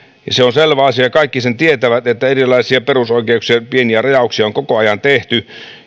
se on selvä asia kaikki sen tietävät että erilaisia perusoikeuksien pieniä rajauksia on koko ajan tehty